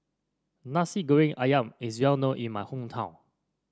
Nasi Goreng ayam is well known in my hometown